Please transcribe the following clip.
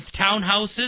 townhouses